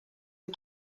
est